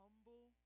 Humble